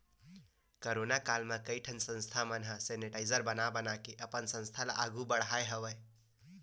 corona काल म कइ ठन संस्था मन ह सेनिटाइजर बना बनाके अपन संस्था ल आघु बड़हाय हवय